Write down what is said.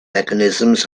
mechanisms